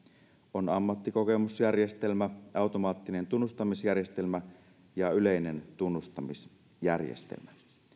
on ammattikokemusjärjestelmä automaattinen tunnustamisjärjestelmä ja yleinen tunnustamisjärjestelmä